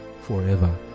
forever